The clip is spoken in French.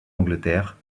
angleterre